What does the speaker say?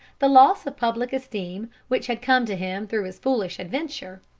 the loss of public esteem which had come to him through his foolish adventure,